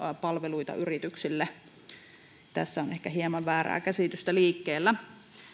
palveluita yrityksille tässä on ehkä hieman väärää käsitystä liikkeellä